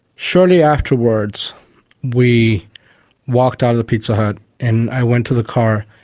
shortly afterwards we walked out of the pizza hut and i went to the car.